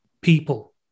people